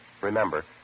Remember